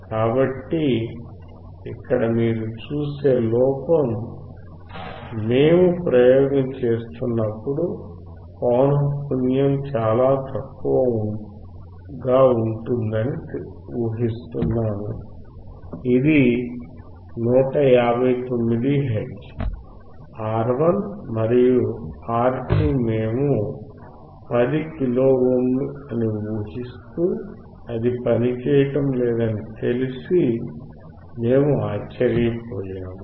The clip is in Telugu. కాబట్టి ఇక్కడ మీరు చూసే లోపం మేము ప్రయోగం చేస్తున్నప్పుడు పౌనఃపున్యం చాలా తక్కువగా ఉంటుందని ఊహిస్తున్నాము ఇది 159 హెర్ట్జ్ R1 మరియు R2 మేము 10 కిలో ఓమ్ లు అని ఊహిస్తూ అది పనిచేయడం లేదని తెలిసి మేము ఆశ్చర్యపోయాము